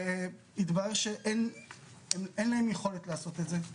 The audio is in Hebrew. התברר שאין להם יכולת לעשות את זה.